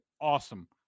awesome